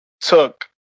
took